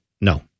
No